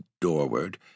doorward